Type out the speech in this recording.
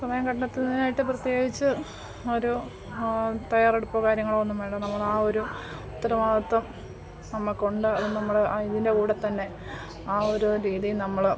സമയം കണ്ടെത്തുന്നതിനായിട്ട് പ്രത്യേകിച്ച് ഒരു തയ്യാറെടുപ്പോ കാര്യങ്ങളൊ ഒന്നും വേണ്ട നമ്മളാ ഒരു ഉത്തരവാദിത്തം നമുക്ക് ഉണ്ട് അത് നമ്മൾ അതിന്റെ കൂടെ തന്നെ ആ ഒരു രീതി നമ്മൾ